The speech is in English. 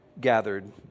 gathered